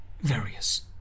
Various